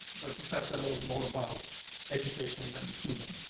the professor knows more about education than the student.